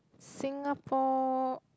Singapore